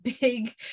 big